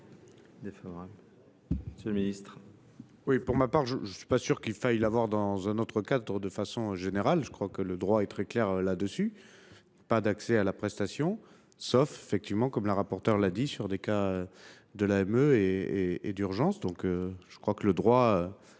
Monsieur le ministre,